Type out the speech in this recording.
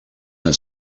have